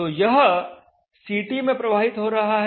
तो यह CT में प्रवाहित हो रहा है